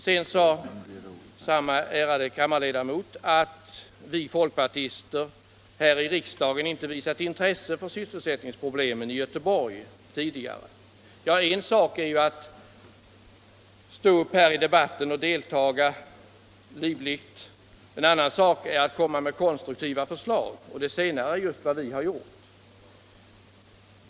Samme ärade kammarledamot sade att vi folkpartister här i riksdagen inte tidigare visat intresse för sysselsättningsproblemen i Göteborg. Ja, en sak är att stå upp här i debatten och diskutera livligt, en annan sak är att komma med konstruktiva förslag. Det senare är just vad vi har gjort.